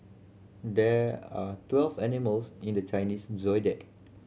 there are twelve animals in the Chinese Zodiac